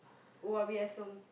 oh-yah-peh-yah-som